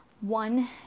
one